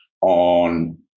on